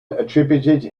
attributed